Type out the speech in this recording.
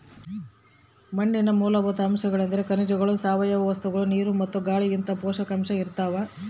ಮಣ್ಣಿನ ಮೂಲಭೂತ ಅಂಶಗಳೆಂದ್ರೆ ಖನಿಜಗಳು ಸಾವಯವ ವಸ್ತುಗಳು ನೀರು ಮತ್ತು ಗಾಳಿಇಂತಹ ಪೋಷಕಾಂಶ ಇರ್ತಾವ